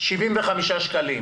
75 שקלים.